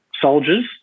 soldiers